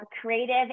creative